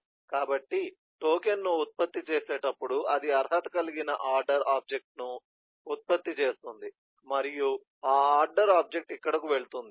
కాబట్టి టోకెన్ను ఉత్పత్తి చేసేటప్పుడు అది అర్హత కలిగిన ఆర్డర్ ఆబ్జెక్ట్ను ఉత్పత్తి చేస్తుంది మరియు ఆ ఆర్డర్ ఆబ్జెక్ట్ ఇక్కడకు వెళుతుంది